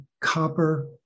copper